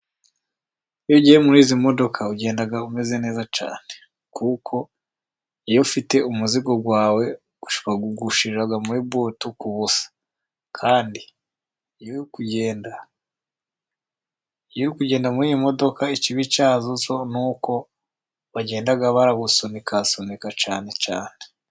Iyo ugiye muri izi modoka ugenda umeze neza cyane, kuko iyo ufite umuzigo wawe, uwushyira muri butu kubusa Kandi iyo uri kugenda muri iyi modoka, ikibi cyazo zo nuko ugenda baragusunikasunika cyane.